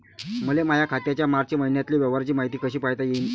मले माया खात्याच्या मार्च मईन्यातील व्यवहाराची मायती कशी पायता येईन?